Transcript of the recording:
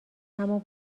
همان